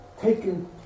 taken